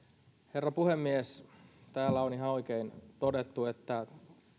herra puhemies täällä on ihan oikein todettu että